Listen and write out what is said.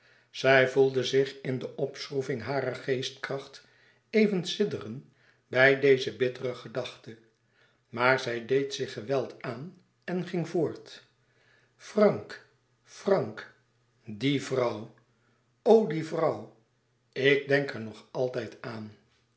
zij voelde zich in de opschroeving harer geestkracht even sidderen bij deze bittere gedachte maar zij deed zich geweld aan en ging voort frank frank die vrouw o die vrouw ik denk er nog altijd aan